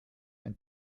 ein